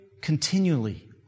continually